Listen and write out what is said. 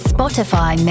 Spotify